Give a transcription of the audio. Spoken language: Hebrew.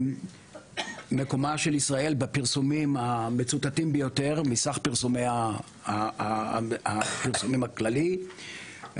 מקומה של ישראל בפרסומים המצוטטים ביותר מסך הפרסומים הכלליים,